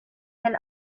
and